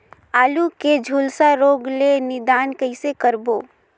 आलू के झुलसा रोग ले निदान कइसे करबो?